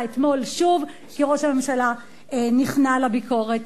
אתמול שוב כי ראש הממשלה נכנע לביקורת